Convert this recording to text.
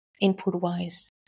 input-wise